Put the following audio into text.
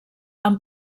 amb